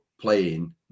playing